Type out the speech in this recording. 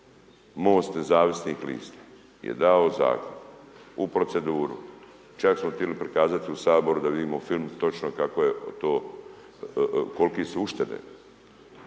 Most nezavisnih lista je dao Zakon u proceduru, čak smo tili prikazati u Saboru da vidimo film točno kako je to,